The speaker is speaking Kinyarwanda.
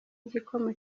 igikoma